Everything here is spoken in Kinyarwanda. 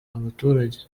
abaturage